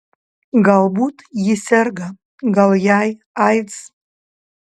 galbūt ji serga gal jai aids